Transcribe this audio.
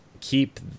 keep